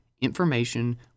information